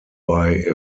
bei